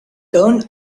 turned